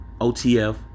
OTF